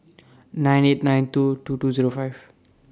nine eight nine two two two Zero five